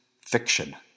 fiction